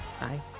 Bye